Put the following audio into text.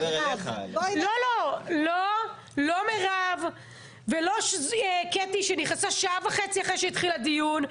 לא מירב ולא קטי שנכנסה שעה וחצי אחרי שהתחיל הדיון,